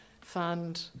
fund